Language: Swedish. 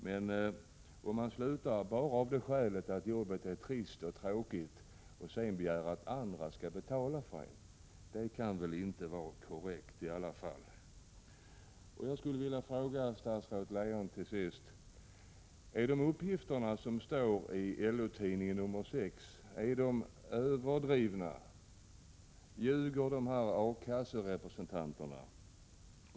Men att sluta ett arbete enbart av det skälet att jobbet är trist och tråkigt och sedan begära att andra skall betala för en kan i alla fall inte vara korrekt. Jag frågar till sist statsrådet Leijon: Är de uppgifter som står i LO tidningen nr 6 överdrivna? Ljuger A-kasserepresentanterna?